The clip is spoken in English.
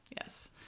Yes